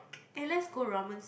eh let's go romance